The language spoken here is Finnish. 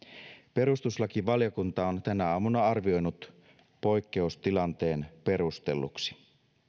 perustuslakivaliokunta on tänä aamuna arvioinut poikkeustilanteen perustelluksi